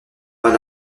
pas